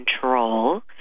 control